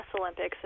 Olympics